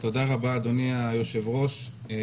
תודה רבה, אדוני היושב ראש.